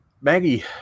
Maggie